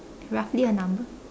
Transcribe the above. roughly a number